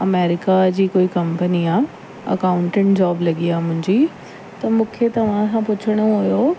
America जी कोई company आहे अकाउंटेंट जॉब लॻी आहे मुंहिंजी त मूंखे तव्हां खां पुछणो हुयो